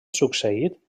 succeït